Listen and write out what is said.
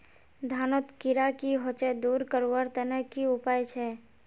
धानोत कीड़ा की होचे दूर करवार तने की उपाय छे?